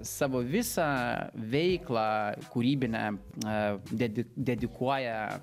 savo visą veiklą kūrybinę aaa dedi dedikuoja